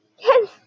Yes